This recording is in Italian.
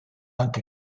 anche